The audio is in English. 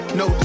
no